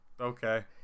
Okay